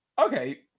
Okay